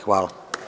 Hvala.